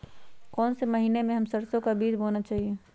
कौन से महीने में हम सरसो का बीज बोना चाहिए?